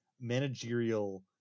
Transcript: managerial